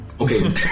Okay